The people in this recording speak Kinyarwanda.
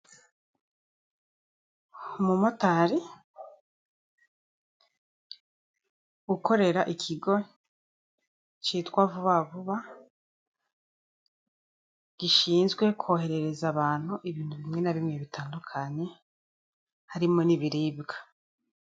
Umumotari gukorera ikigo cyitwa Vuba vuba gishizwe koherereza abantu ibintu bimwe na bimwe bitandukanye harimo n'ibiribwa.